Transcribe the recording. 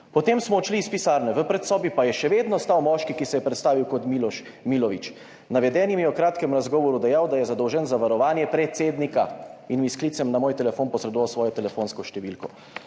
»Potem smo odšli iz pisarne, v predsobi pa je še vedno ostal moški, ki se je predstavil kot Miloš Milović. Navedeni mi je v kratkem razgovoru dejal, da je zadolžen za varovanje predsednika in s sklicem na moj telefon posredoval svojo telefonsko številko«.